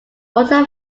water